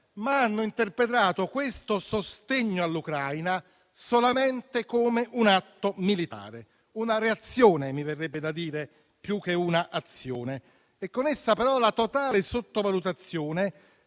ma hanno interpretato questo sostegno solamente come un atto militare, una reazione - mi verrebbe da dire - più che un'azione, a cui si accompagna, però, la totale sottovalutazione